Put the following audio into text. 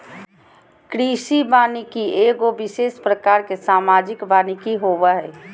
कृषि वानिकी एगो विशेष प्रकार के सामाजिक वानिकी होबो हइ